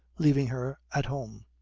leaving her at home.